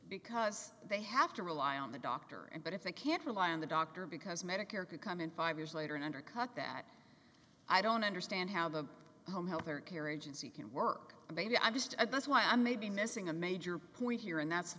because they have to rely on the doctor and but if they can't rely on the doctor because medicare could come in five years later and undercut that i don't understand how the home health care karajan seeking work maybe i'm just a that's why i'm maybe missing a major point here and that's